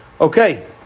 Okay